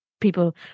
people